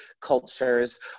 cultures